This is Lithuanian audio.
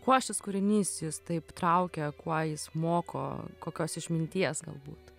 kuo šis kūrinys jus taip traukia kuo jis moko kokios išminties galbūt